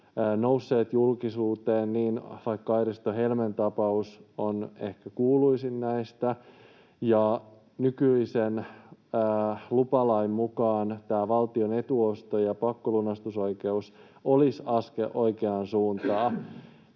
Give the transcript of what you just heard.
nousseet julkisuuteen, vaikkapa Airiston Helmen tapaus on ehkä kuuluisin näistä. Nykyisen lupalain mukaan tämä valtion etuosto- ja pakkolunastusoikeus olisi askel oikeaan suuntaan,